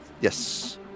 Yes